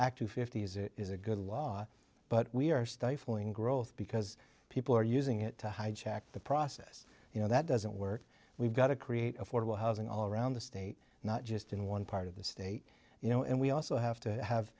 act to fifty's it is a good law but we are stifling growth because people are using it to hijack the process you know that doesn't work we've got to create affordable housing all around the state not just in one part of the state you know and we also have to have